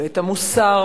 ואת המוסריות